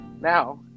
now